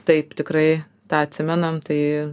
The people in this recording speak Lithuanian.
taip tikrai tą atsimenam tai